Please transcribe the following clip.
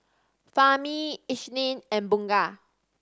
Fahmi Isnin and Bunga